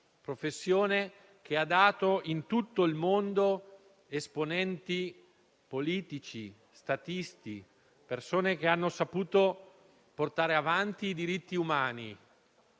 professione che ha dato in tutto il mondo esponenti politici, statisti, persone che hanno saputo portare avanti i diritti umani.